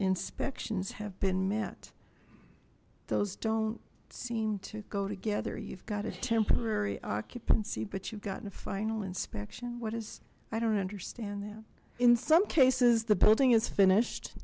inspections have been met those don't seem to go together you've got a temporary occupancy but you've gotten a final inspection what is i don't understand that in some cases the building is finished